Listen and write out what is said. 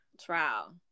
trial